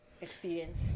experience